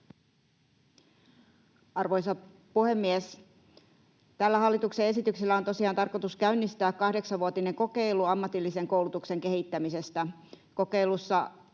Arvoisa puhemies! Tällä hallituksen esityksellä on tosiaan tarkoitus käynnistää kahdeksanvuotinen kokeilu ammatillisen koulutuksen kehittämisestä.